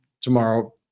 tomorrow